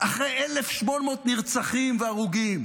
אחרי 1,800 נרצחים והרוגים,